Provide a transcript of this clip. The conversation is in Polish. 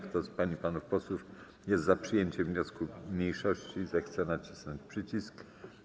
Kto z pań i panów posłów jest za przyjęciem wniosku mniejszości, zechce nacisnąć przycisk.